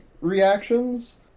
reactions